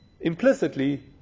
implicitly